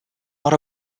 not